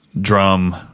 drum